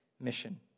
mission